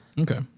Okay